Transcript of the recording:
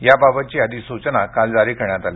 याबाबतची अधिसूचना काल जारी करण्यात आली